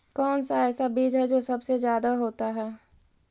कौन सा ऐसा बीज है जो सबसे ज्यादा होता है?